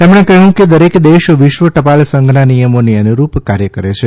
તેમણે કહ્યું કે દરેક દેશ વિશ્વ ટપાલ સંઘના નિયમોની અનુરૂપ કાર્થ કરે છે